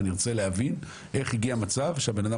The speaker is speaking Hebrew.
ואני ארצה להבין איך הגיע מצב שהבן-אדם